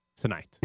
tonight